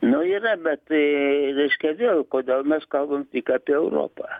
nu yra bet tai reiškia vėl kodėl mes kalbam tik apie europą